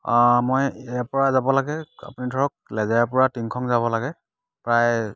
অঁ মই ইয়াৰপৰা যাব লাগে আপুনি ধৰক লেজাইৰপৰা টিংখং যাব লাগে প্ৰায়